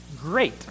great